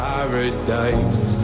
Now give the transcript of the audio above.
Paradise